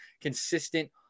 consistent